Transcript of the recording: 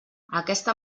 aquesta